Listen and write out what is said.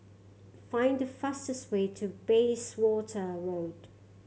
find the fastest way to Bayswater Road